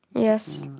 yes.